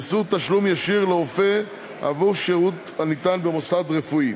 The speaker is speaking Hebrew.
איסור תשלום ישיר לרופא עבור שירות הניתן במוסד רפואי.